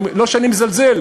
לא שאני מזלזל,